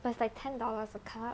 but it's like ten dollars a cup